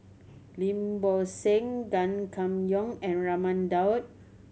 Lim Bo Seng Gan Kim Yong and Raman Daud